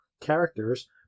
characters